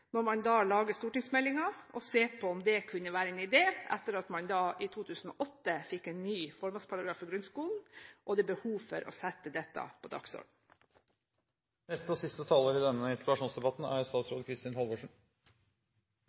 når man lager stortingsmeldingen – se på om det kunne være en idé etter at man i 2008 fikk en ny formålsparagraf i grunnskolen. Det er behov for å sette dette på dagsordenen. Jeg vil også takke for en god og nyansert debatt, som er